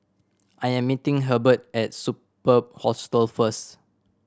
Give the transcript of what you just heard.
I am meeting Hebert at Superb Hostel first